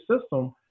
system